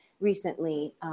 recently